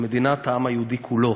היא מדינת העם היהודי כולו.